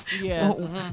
Yes